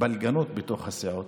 פלגנות בתוך הסיעות,